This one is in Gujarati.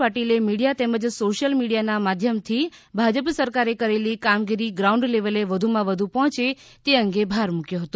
પાટીલે મીડીયા તેમજ સોશીયલ મીડીયાનાં માધ્યમથી ભાજપ સરકારે કરેલી કામગીરી ગ્રાઉન્ડ લેવલે વધુમાં વધુ પહોંચે તે અંગે ભાર મૂક્યો હતો